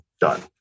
Done